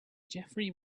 jeffery